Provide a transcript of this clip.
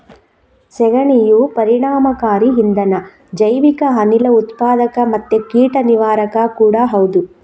ಸೆಗಣಿಯು ಪರಿಣಾಮಕಾರಿ ಇಂಧನ, ಜೈವಿಕ ಅನಿಲ ಉತ್ಪಾದಕ ಮತ್ತೆ ಕೀಟ ನಿವಾರಕ ಕೂಡಾ ಹೌದು